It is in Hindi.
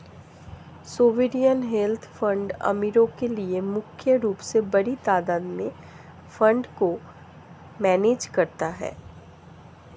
सोवेरियन वेल्थ फंड अमीरो के लिए मुख्य रूप से बड़ी तादात में फंड को मैनेज करता है